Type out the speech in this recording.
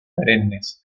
perennes